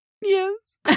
Yes